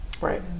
Right